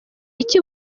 iki